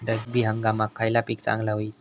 रब्बी हंगामाक खयला पीक चांगला होईत?